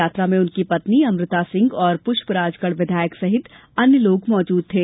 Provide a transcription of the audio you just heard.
यात्रा में उनकी पत्नी अमृता सिंह और पुष्पराजगढ विधायक सहित अन्य लोग मौजूद थे